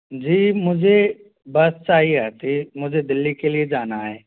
जी मुझे बस चाहिए थी मुझे दिल्ली के लिए जाना है